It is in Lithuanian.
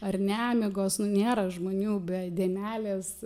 ar nemigos nu nėra žmonių be dėmelės